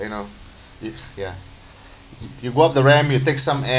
you know if ya you go up the ramp you take some air